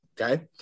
okay